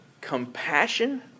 compassion